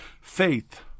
Faith